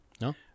no